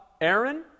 Aaron